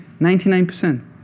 99%